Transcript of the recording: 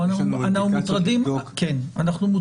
--- לא.